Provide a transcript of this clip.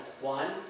one